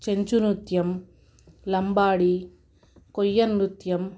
చెంచు నృత్యం లంబాడీ కొయ్య నృత్యం